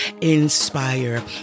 inspire